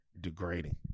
Degrading